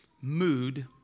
mood